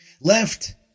left